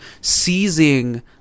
seizing